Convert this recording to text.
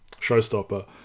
Showstopper